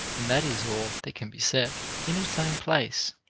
and that is all that can be said. in its own place,